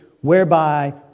whereby